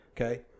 Okay